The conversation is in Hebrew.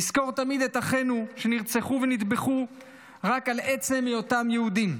נזכור תמיד את אחינו שנרצחו ונטבחו רק מעצם היותם יהודים.